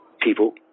people